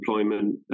employment